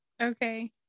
okay